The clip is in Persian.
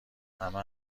همه